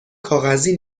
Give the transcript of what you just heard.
کاغذی